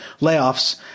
layoffs